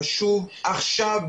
שחשוב עכשיו,